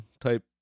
type